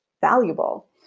valuable